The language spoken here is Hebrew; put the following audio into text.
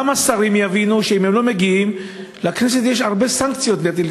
גם השרים יבינו שאם הם לא מגיעים לכנסת יש הרבה סנקציות להטיל,